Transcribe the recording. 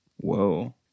Whoa